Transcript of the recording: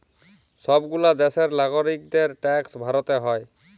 সব গুলা দ্যাশের লাগরিকদের ট্যাক্স ভরতে হ্যয়